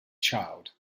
child